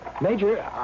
Major